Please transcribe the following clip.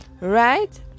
right